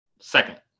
Second